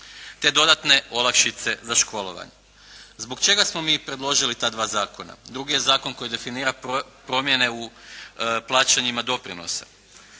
te dodatne olakšice za školovanje. Zbog čega smo mi predložili ta dva zakona? Drugi je zakon koji definira promjene u plaćanjima doprinosa.